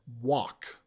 walk